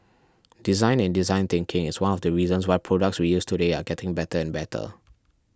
design and design thinking is one of the reasons why products we use today are getting better and better